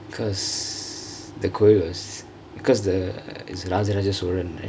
cause the கோவில்:kovil was cause the is raja raja solan right